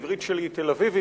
העברית שלי היא תל-אביבית,